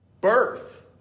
birth